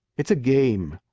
it's a game.